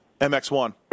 MX1